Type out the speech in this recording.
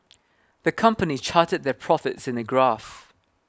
the company charted their profits in a graph